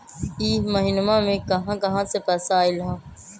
इह महिनमा मे कहा कहा से पैसा आईल ह?